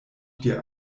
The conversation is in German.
dir